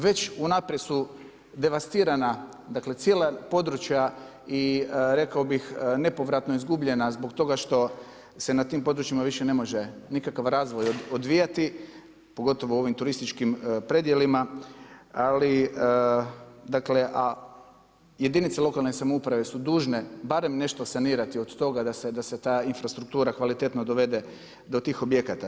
Već unaprijed su devastirana cijela područja i rekao bih nepovratno izgubljena zbog toga što se na tim područjima više ne može nikakav razvoj odvijati, pogotovo u ovim turističkim predjelima, ali jedinice lokalne samouprave su dužne barem nešto sanirati od toga da se ta infrastruktura kvalitetno dovede do tih objekata.